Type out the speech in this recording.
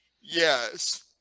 Yes